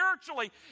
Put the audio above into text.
spiritually